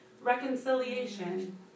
reconciliation